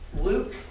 Luke